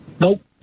Nope